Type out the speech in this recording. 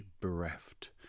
bereft